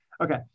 okay